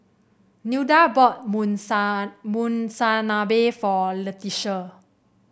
Nilda bought Monsunabe for Letitia